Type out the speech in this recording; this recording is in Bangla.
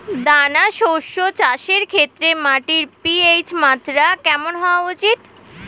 দানা শস্য চাষের ক্ষেত্রে মাটির পি.এইচ মাত্রা কেমন হওয়া উচিৎ?